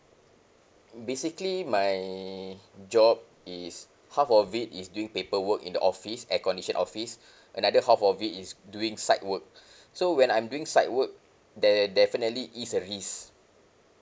basically my job is half of it is doing paper work in the office air conditioned office another half of it is doing site work so when I'm doing site work there definitely is a risk